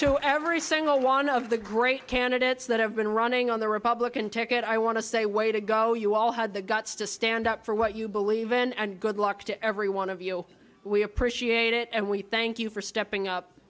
to every single one of the great candidates that have been running on the republican ticket i want to say way to go you all had the guts to stand up for what you believe in and good luck to everyone of you we appreciate it and we thank you for stepping up